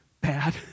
Bad